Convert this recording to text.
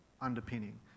underpinning